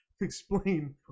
explain